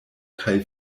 kaj